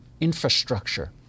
infrastructure